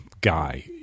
guy